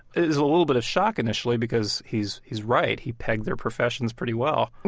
there's a little bit of shock initially, because he's he's right. he pegged their professions pretty well and